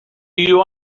you